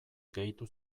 gehitu